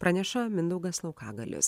praneša mindaugas laukagalis